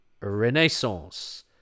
renaissance